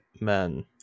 men